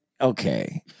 okay